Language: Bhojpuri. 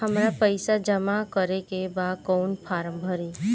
हमरा पइसा जमा करेके बा कवन फारम भरी?